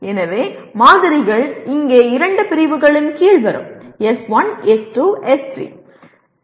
எனவே மாதிரிகள் இங்கே இரண்டு பிரிவுகளின் கீழ் வரும் எஸ் 1 எஸ் 2 எஸ் 3